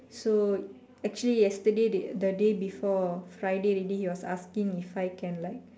so actually yesterday they the day before Friday already he was asking if I can like